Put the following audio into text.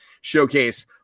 showcase